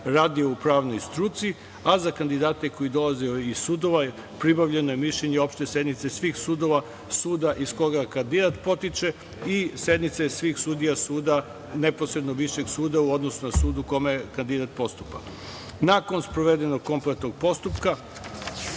radio u pravnoj struci, a za kandidate koji dolaze iz sudova pribavljeno je mišljenje opšte sednice svih sudova, suda iz koga kandidat potiče i sednica je svih sudija suda neposrednog Višeg suda u odnosu na sud u kome kandidat postupa. Nakon sprovedenog kompletnog postupka